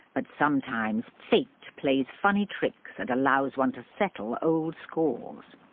but sometimes fate plays funny tricks, and allows one to settle old scores,